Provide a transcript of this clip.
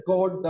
God